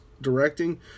directing